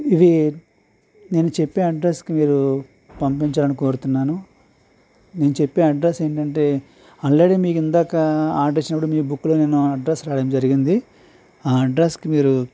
ఇవి నేను చెప్పే అడ్రస్స్కి మీరు పంపించాలి అని కోరుతున్నాను నేను చెప్పే అడ్రస్స్ ఏంటి అంటే ఆల్రెడీ మీకు ఇందాక ఆర్డర్ ఇచ్చినప్పుడు మీ బుక్లో నేను అడ్రస్ రాయడం జరిగింది ఆ అడ్రస్కి మీరు